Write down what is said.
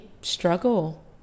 struggle